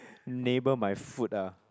neighbour my foot ah